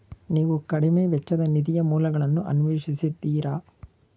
ನೀವು ಕಡಿಮೆ ವೆಚ್ಚದ ನಿಧಿಯ ಮೂಲಗಳನ್ನು ಅನ್ವೇಷಿಸಿದ್ದೀರಾ?